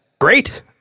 Great